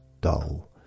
dull